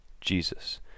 Jesus